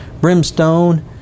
brimstone